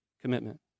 commitment